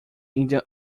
indian